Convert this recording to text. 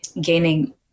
gaining